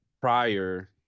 prior